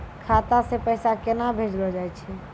खाता से पैसा केना भेजलो जाय छै?